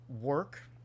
work